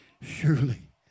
surely